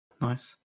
nice